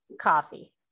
Coffee